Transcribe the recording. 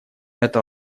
это